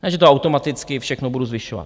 Ne, že to automaticky všechno budu zvyšovat.